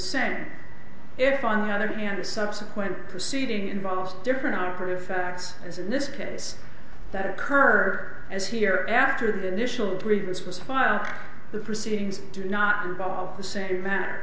same if on the other hand a subsequent proceeding involves different harper effects as in this case that occur as here after the initial read this was filed the proceedings do not involve the same manner